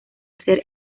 hacer